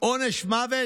"עונש מוות.